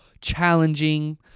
challenging